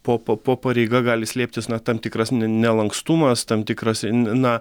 po po po pareiga gali slėptis na tam tikras ne nelankstumas tam tikras na